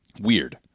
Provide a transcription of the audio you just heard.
Weird